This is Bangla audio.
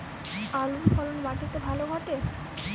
আলুর ফলন মাটি তে ভালো ঘটে?